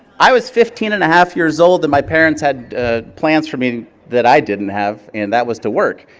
i was fifteen and a half years old and my parents had plans for me that i didn't have, and that was to work.